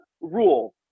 rule